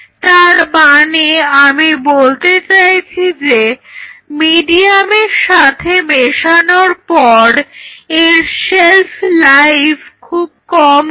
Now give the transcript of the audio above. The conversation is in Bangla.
তার মানে আমি বলতে চাইছি যে মিডিয়ামের সাথে মেশানোর পর এর শেল্ফ লাইফ খুব কম হয়